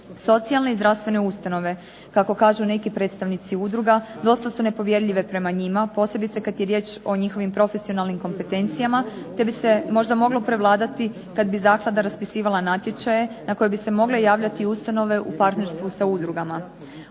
Socijalne i zdravstvene ustanove, kako kažu neki predstavnici udruga, dosta su nepovjerljive prema njima posebice kad je riječ o njihovim profesionalnim kompetencijama te bi se možda moglo prevladati kad bi zaklada raspisivala natječaje na koje bi se mogle javljati ustanove u partnerstvu sa udrugama.